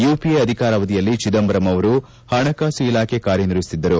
UPA ಅಧಿಕಾರಾವಧಿಯಲ್ಲಿ ಚಿದಂಬರಮ್ ಅವರು ಹಣಕಾಸು ಇಲಾಖೆ ಕಾರ್ಯನಿರ್ವಹಿಸುತ್ತಿದ್ದರು